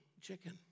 chicken